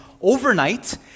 overnight